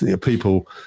People